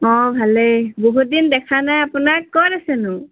অঁ ভালেই বহুত দিন দেখা নাই আপোনাক ক'ত আছেনো